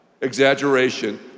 exaggeration